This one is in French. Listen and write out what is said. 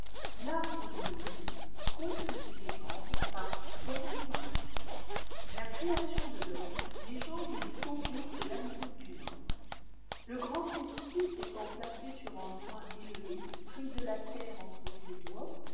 la création de l'homme légende des peaux-rouges de l'amérique du nord le grand espril s'étant placé sur un point élevé prit de la terre entre ses doigts